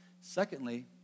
Secondly